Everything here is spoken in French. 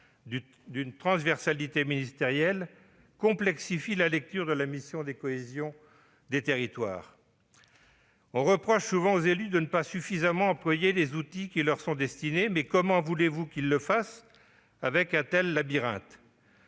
d'une transversalité ministérielle qui complexifie la lecture de la mission « Cohésion des territoires ». On reproche souvent aux élus de ne pas assez utiliser les outils qui leur sont destinés : mais comment voulez-vous qu'ils s'y retrouvent, dans un tel labyrinthe ?